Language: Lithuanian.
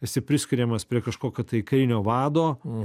esi priskiriamas prie kažkokio tai kairinio vado